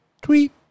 Tweet